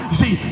see